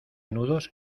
nudos